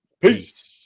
Peace